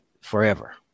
forever